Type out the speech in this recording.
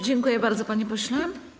Dziękuję bardzo, panie pośle.